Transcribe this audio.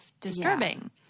disturbing